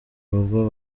rugo